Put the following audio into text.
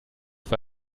für